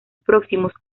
próximos